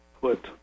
put